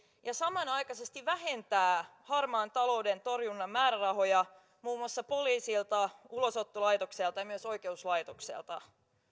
ja samanaikaisesti vähentää harmaan talouden torjunnan määrärahoja muun muassa poliisilta ulosottolaitokselta ja myös oikeuslaitokselta